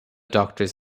doctors